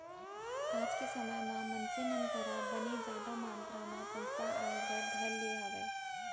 आज के समे म मनसे मन करा बने जादा मातरा म पइसा आय बर धर ले हावय